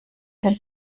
den